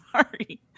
Sorry